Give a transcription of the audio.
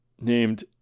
named